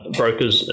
brokers